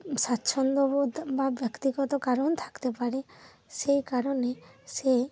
স্বাচ্ছন্দ্যবোধ বা ব্যক্তিগত কারণ থাকতে পারে সেই কারণে সে